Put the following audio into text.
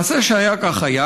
מעשה שהיה כך היה: